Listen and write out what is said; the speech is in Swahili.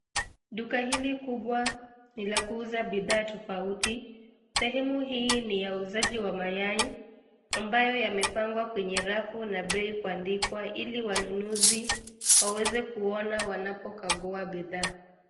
Duka hili kubwa ni la kuuza bidhaa tofauti. Sehemu hii ni ya uuzaji wa mayai, ambayo yamepangwa kwenye rafu na bei kuandikwa ili wanunuzi waweze kuona wanapokagua bidhaa.